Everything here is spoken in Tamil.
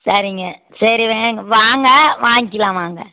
சரிங்க சரி வே வாங்க வாங்கிக்கிலாம் வாங்க